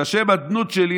את שם האדנות שלי,